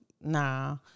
Nah